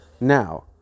Now